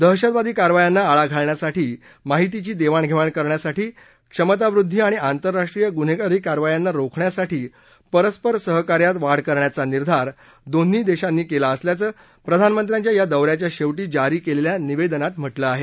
दहशतवादी कारवायांना आळा घालण्यासाठी माहितीची देवाणघेवाण करण्यासाठी क्षमतावृद्धी आणि आंतरराष्ट्रीय गुन्हेगारी कारवायांना रोखण्यासाठी परस्पर सहकार्यात वाढ करण्याचा निर्धार दोन्ही देशांनी केला असल्याचं प्रधानमंत्र्याच्या या दौऱ्याच्या शेवटी जारी केलेल्या निवेदनात म्हटलं आहे